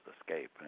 escape